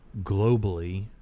globally